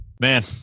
Man